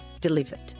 delivered